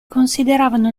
consideravano